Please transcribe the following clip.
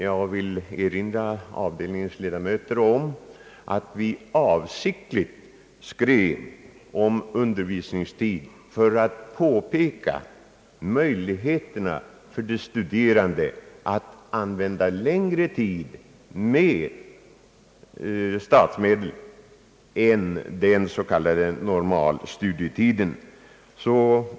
Jag vill dock erinra kammarens ledamöter om att vi avsiktligt i vår skrivning tog upp undervisningstiden för att därmed påpeka möjligheterna för de studerande att använda längre tid med hjälp av statsmedel än den s.k. normalstudietiden.